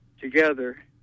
together